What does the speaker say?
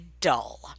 dull